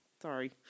Sorry